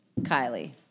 Kylie